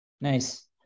Nice